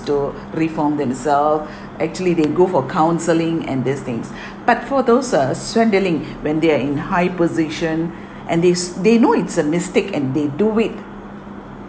to reform themself actually they go for counselling and these things but for those uh swindling when they are in high position and these they know it's a mistake and they do it